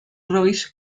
royce